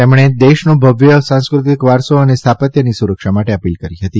તેમણે દેશનો ભવ્ય સાંસ્કૃતિક વારસો અને સ્થાપત્યની સુરક્ષા માટે અપીલ કરી હતી